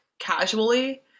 casually